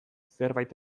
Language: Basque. zerbait